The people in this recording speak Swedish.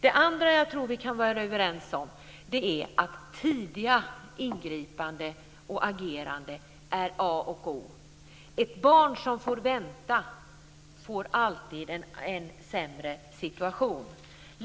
Det andra jag tror att vi kan vara överens om är att tidiga ingripanden och agerande är A och O. Ett barn som får vänta får alltid en sämre situation.